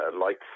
lights